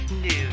news